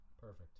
perfect